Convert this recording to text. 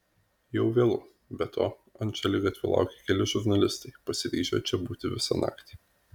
jau vėlu be to ant šaligatvio laukia keli žurnalistai pasiryžę čia būti visą naktį